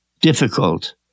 difficult